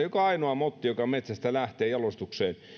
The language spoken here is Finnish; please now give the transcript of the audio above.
joka ainoa motti joka metsästä lähtee jalostukseen